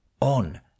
on